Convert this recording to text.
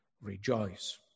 rejoice